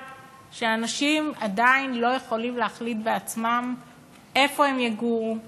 שאנשים עדיין לא יכולים להחליט בעצמם איפה הם יגורו,